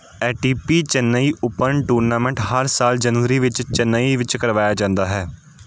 ਏ T P Chennai open tournament ਹਰ ਸਾਲ ਜਨਵਰੀ ਵਿੱਚ ਚੇਨਈ ਵਿੱਚ ਕਰਵਾਇਆ ਜਾਂਦਾ ਹੈ